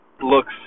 looks